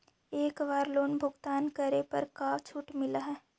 एक बार लोन भुगतान करे पर का छुट मिल तइ?